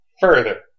further